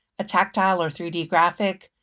a tactile or three d graphic,